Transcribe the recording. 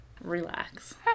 Relax